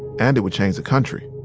and it would change the country